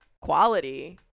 Quality